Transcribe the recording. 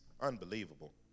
unbelievable